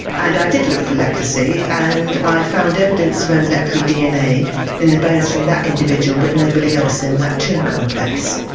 and i did look for leprosy and and i found evidence of m. leprae dna in the bones from that individual but nobody else in that tomb complex.